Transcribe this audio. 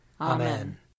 Amen